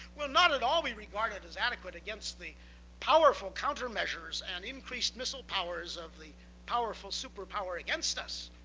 will not at all be regarded as adequate against the powerful countermeasures and increased missile powers of the powerful superpower against us,